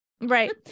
Right